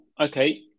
okay